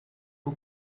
who